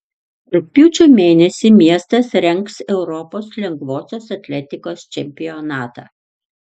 rugpjūčio mėnesį miestas rengs europos lengvosios atletikos čempionatą